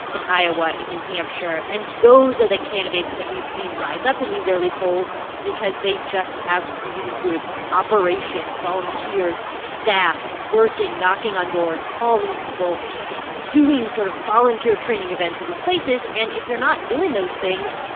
in iowa, in new hampshire. and those are the candidates that we've seen rise up in these early polls because they just have really good operations, volunteers, staff, working, knocking on doors, calling people, just doing sort of volunteer training events in these places. and if you're not doing those things,